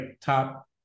top